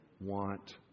want